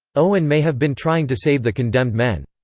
owen may have been trying to save the condemned men.